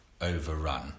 overrun